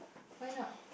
why not